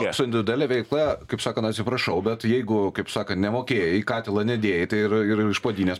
su individualia veikla kaip sakan atsiprašau bet jeigu kaip sakant nemokėjai į katilą nedėjai tai ir ir iš puodynės